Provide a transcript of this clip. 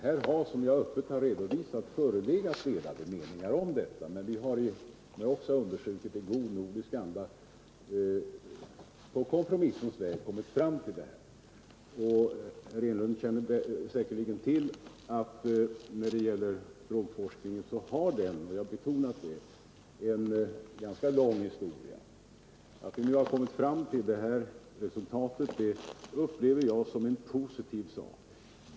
Det har, som jag öppet redovisat, förelegat delade meningar om detta, men vi har också i god nordisk anda på kompromissens väg kommit fram till det resultat som föreligger. Herr Enlund känner säkerligen till att frågan om ett nordiskt samarbetsorgan för drogforskning har en ganska lång historia. Jag upplever det som positivt att vi kommit fram till detta resultat.